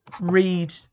read